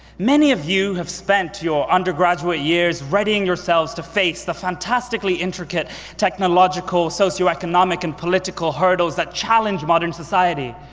many of you have spent your undergraduate years readying yourselves to face the fantastically intricate technological, socioeconomic, socioeconomic, and political hurdles that challenge modern society.